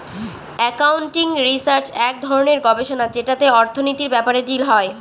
accounting research এক ধরনের গবেষণা যেটাতে অর্থনীতির ব্যাপারে ডিল হয়